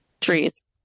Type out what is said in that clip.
trees